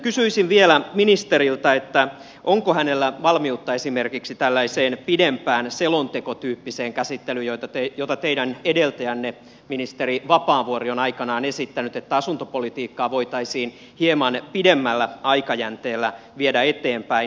kysyisin vielä ministeriltä onko hänellä valmiutta esimerkiksi tällaiseen pidempään selontekotyyppiseen käsittelyyn jota teidän edeltäjänne ministeri vapaavuori on aikanaan esittänyt että asuntopolitiikkaa voitaisiin hieman pidemmällä aikajänteellä viedä eteenpäin